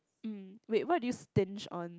mm wait what do you stinge on